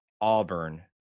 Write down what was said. auburn